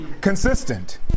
consistent